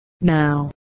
Now